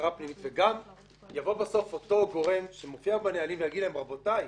וגם אותו גורם שמופיע בנהלים יגיד להם: רבותי,